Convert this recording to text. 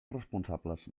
responsables